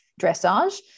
dressage